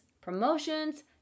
promotions